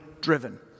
driven